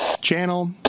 channel